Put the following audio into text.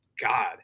God